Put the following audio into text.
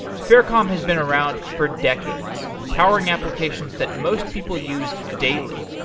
faircom has been around for decades powering applications that most people use daily.